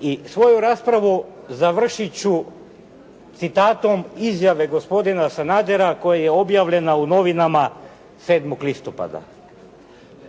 I svoju raspravu završit ću citatom izjave gospodina Sanadera koja je objavljena u novinama 7. listopada,